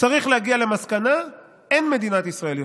צריך להגיע למסקנה: אין מדינת ישראל יותר,